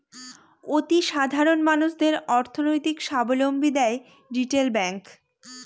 অতি সাধারণ মানুষদের অর্থনৈতিক সাবলম্বী দেয় রিটেল ব্যাঙ্ক